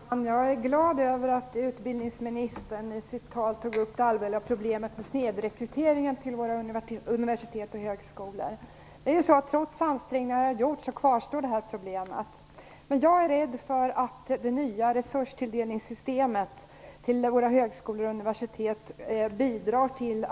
Herr talman! Jag är glad över att utbildningsministern i sitt tal tog upp det allvarliga problemet med snedrekryteringen till våra universitet och högskolor. Trots ansträngningar som gjorts, kvarstår ju problemet. Jag är rädd för att det nya systemet för resurstilldelning till våra högskolor och universitet bidrar till